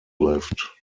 lived